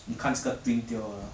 你看这个 twin tail 的